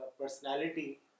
personality